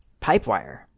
Pipewire